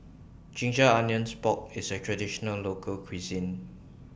Ginger Onions Pork IS A Traditional Local Cuisine